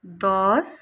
दस